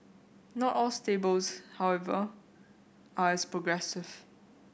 not all stables however are as progressive